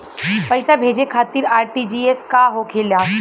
पैसा भेजे खातिर आर.टी.जी.एस का होखेला?